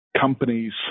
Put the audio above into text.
companies